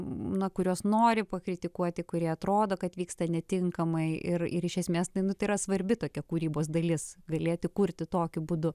na kuriuos nori pakritikuoti kurie atrodo kad vyksta netinkamai ir ir iš esmės nu tai yra svarbi tokia kūrybos dalis galėti kurti tokiu būdu